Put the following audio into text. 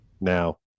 now